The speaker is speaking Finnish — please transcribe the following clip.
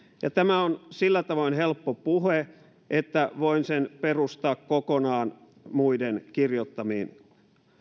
ja tämä on sillä tavoin helppo puhe että voin sen perustaa kokonaan muiden kirjoittamiin